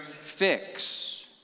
fix